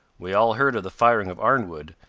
we all heard of the firing of arnwood,